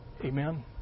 Amen